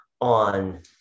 on